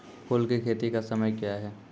फुल की खेती का समय क्या हैं?